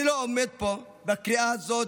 אני לא עומד פה בקריאה הזאת,